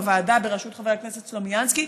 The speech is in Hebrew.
בוועדה בראשות חבר הכנסת סלומינסקי,